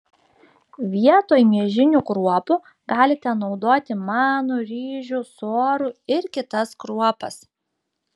vietoj miežinių kruopų galite naudoti manų ryžių sorų ir kitas kruopas